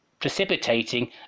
precipitating